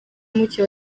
muke